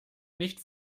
nicht